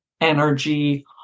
energy